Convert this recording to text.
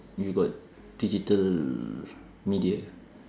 you got digital media